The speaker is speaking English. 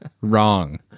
Wrong